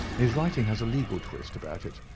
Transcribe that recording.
his writing has a legal twist about it.